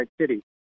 City